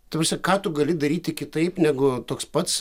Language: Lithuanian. ta prasme ką tu gali daryti kitaip negu toks pats